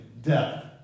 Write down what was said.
death